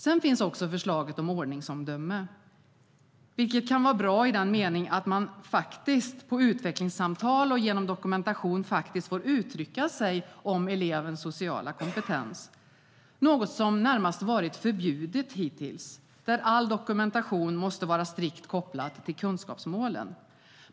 Sedan finns förslaget om ordningsomdöme, vilket kan vara bra i den meningen att man på utvecklingssamtal och genom dokumentation faktiskt får uttrycka sig om elevens sociala kompetens - något som närmast varit förbjudet hittills, där all dokumentation måste vara strikt kopplad till kunskapsmålen.